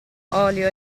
olio